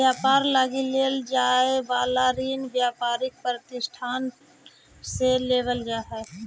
व्यापार लगी लेल जाए वाला ऋण व्यापारिक प्रतिष्ठान से लेवल जा हई